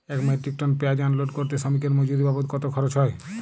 এক metric ton পেঁয়াজ unload করতে শ্রমিকের মজুরি বাবদ কত খরচ হয়?